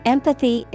Empathy